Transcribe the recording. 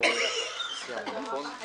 בשעה 12:08.